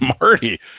Marty